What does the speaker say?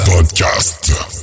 Podcast